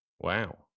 wow